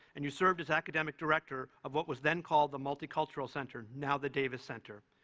and you served as academic director of what was then called the multicultural center, now the davis center,